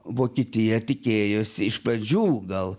vokietija tikėjosi iš pradžių gal